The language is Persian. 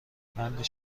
بند